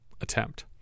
Attempt